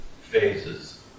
phases